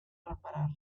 reparar